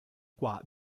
qua